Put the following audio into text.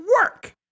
work